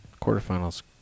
Quarterfinal's